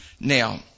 Now